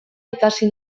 ikasi